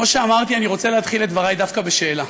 כמו שאמרתי, אני רוצה להתחיל את דברי דווקא בשאלה: